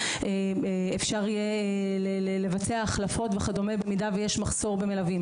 אפשר לבצע החלפות וכדומה במידה ויש מחסור במלווים.